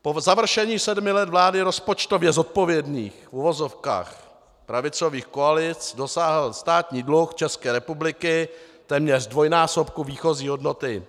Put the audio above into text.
Po završení sedmi let vlády rozpočtově zodpovědných, v uvozovkách, pravicových koalic dosáhl státní dluh České republiky téměř dvojnásobku výchozí hodnoty.